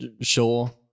sure